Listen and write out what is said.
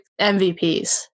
MVPs